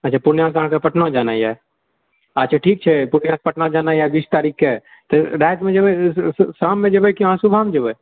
अच्छा पूर्णियासँ अहाँकेँ पटना जाना यऽअच्छा ठीक छै पूर्णियासँ पटना जाना यऽ बीस तारिक के तऽ रातिमे जेबए शाममे जेबए अहाँ की सुबहमे जेबए